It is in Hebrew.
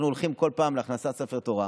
אנחנו הולכים כל פעם להכנסת ספר תורה,